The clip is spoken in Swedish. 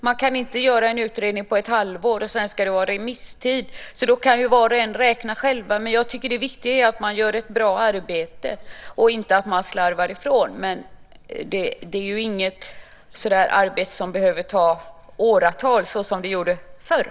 Man kan inte göra en utredning på ett halvår. Sedan ska det också vara remisstid. Då kan var och en räkna själv. Jag tycker att det viktiga är att göra ett bra arbete och inte slarvar ifrån, men det är inte ett arbete som behöver ta åratal, som skedde förr.